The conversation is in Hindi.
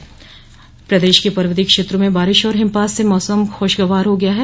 मौसम प्रदेश के पर्वतीय क्षेत्रों में बारिश और हिमपात से मौसम खुशगवार हो गया है